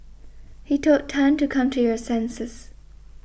he told Tan to come to your senses